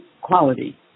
quality